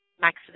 Max